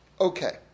Okay